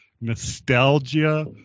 nostalgia